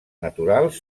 naturals